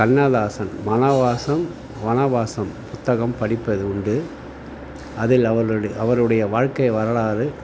கண்ணதாசன் மணவாசம் வனவாசம் புத்தகம் படிப்பது உண்டு அதில் அவருடை அவருடைய வாழ்கை வரலாறு